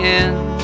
end